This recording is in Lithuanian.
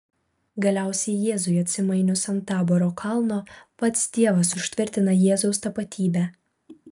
galiausiai jėzui atsimainius ant taboro kalno pats dievas užtvirtina jėzaus tapatybę